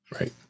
Right